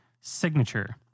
signature